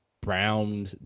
brown